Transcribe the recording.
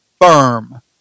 firm